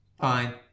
fine